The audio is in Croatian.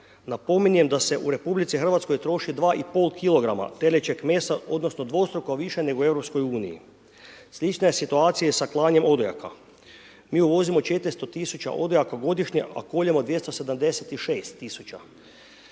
Napominjem da se u RH, troši 2,5 kg telećeg mesa odnosno, dvostruko više nego u EU. Slična je situacija i sa klanjem odojaka. Mi uvozimo 400000 odojaka godišnje, a koljemo 276000 a